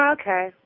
Okay